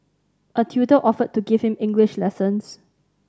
a tutor offered to give him English lessons